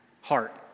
heart